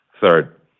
third